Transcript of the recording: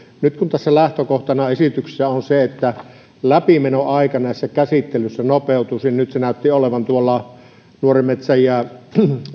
nyt kun tässä esityksessä lähtökohtana on se että läpimenoaika näissä käsittelyissä nopeutuisi nyt se näytti olevan nuoren metsän ja